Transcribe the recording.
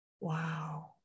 Wow